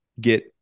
get